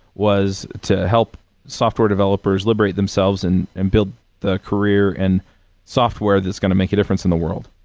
was to help software developers liberate themselves and and build the career and software that's going to make a difference in the world.